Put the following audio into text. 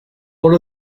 all